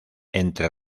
entre